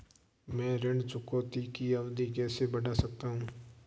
मैं ऋण चुकौती की अवधि कैसे बढ़ा सकता हूं?